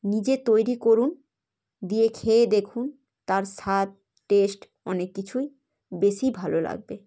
নিজে তৈরি করুন দিয়ে খেয়ে দেখুন তার স্বাদ টেস্ট অনেক কিছুই বেশিই ভালো লাগবে